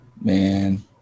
Man